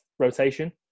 Rotation